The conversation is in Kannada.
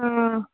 ಹಾಂ